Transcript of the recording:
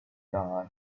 die